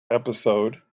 episode